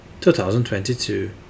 2022